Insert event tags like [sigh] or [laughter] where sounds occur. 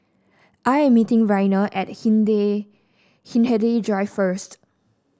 I am meeting Raina at [unintelligible] Hindhede Drive first